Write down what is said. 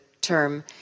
term